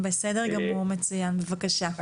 בסדר גמור מצוין, בבקשה.